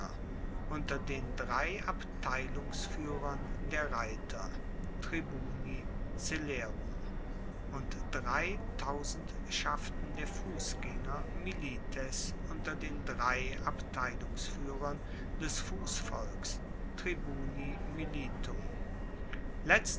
unter den drei abteilungsfuehrern der und drei tausendschaften der fussgaenger milites unter den drei abteilungsfuehrern des fussvolks